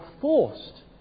forced